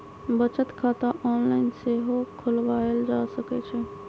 बचत खता ऑनलाइन सेहो खोलवायल जा सकइ छइ